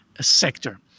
sector